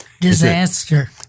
Disaster